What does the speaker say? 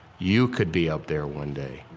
you could be up there one day.